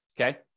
okay